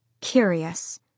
curious